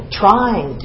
trying